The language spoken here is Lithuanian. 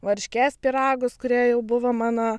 varškės pyragus kurie jau buvo mano